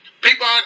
people